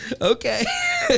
okay